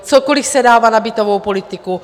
Kolik se dává na bytovou politiku.